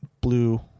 blue